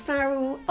Farrell